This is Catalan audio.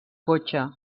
cotxe